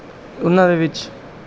ਉਹਨਾਂ ਦੇ ਵਿੱਚ